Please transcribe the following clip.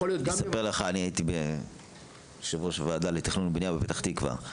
אני הייתי יושב-ראש הוועדה לתכנון ולבנייה בפתח תקווה.